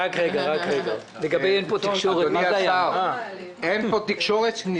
אין פה תקשורת?